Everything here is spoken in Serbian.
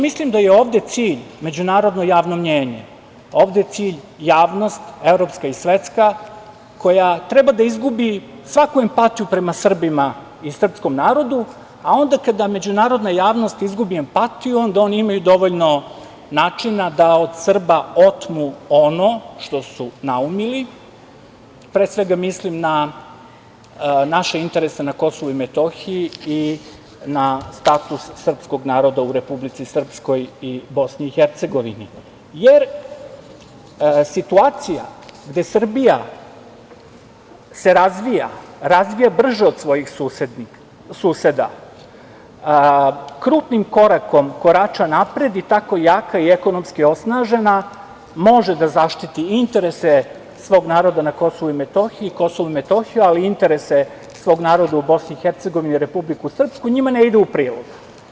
Mislim da je ovde cilj međunarodno javno mnjenje, ovde je cilj javnost evropska i svetska koja treba da izgubi svaku empatiju prema Srbima i srpskom narodu, a onda kada međunarodna javnost izgubi empatiju onda oni imaju dovoljno načina da od Srba otmu ono što su naumili, pre svega mislim na naše interese na KiM i na status srpskog naroda u Republici Srpskoj i BiH, jer situacija gde Srbija se razvija, razvija brže od svojih suseda, krupnim korakom korača napred i tako jako i ekonomski osnažena može da zaštiti interese svog naroda na KiM, ali i interese svog naroda u BiH, Republiku Srpsku njima ne ide u prilog.